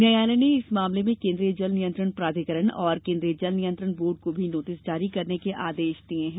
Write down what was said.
न्यायालय ने इस मामले में केंद्रीय जल नियंत्रण प्राधिकरण और केंद्रीय जल नियंत्रण बोर्ड को भी नोटिस जारी करने के आदेश दिए हैं